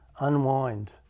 unwind